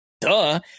duh